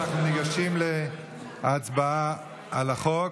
אנחנו ניגשים להצבעה על החוק.